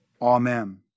Amen